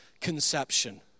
conception